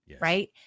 right